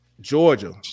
Georgia